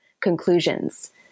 conclusions